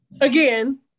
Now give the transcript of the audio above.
again